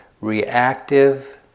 reactive